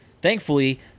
Thankfully